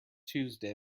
tuesday